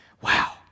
Wow